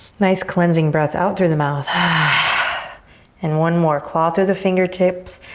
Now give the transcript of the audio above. nice cleansing breath out through the mouth. and one more. claw through the fingertips.